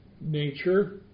nature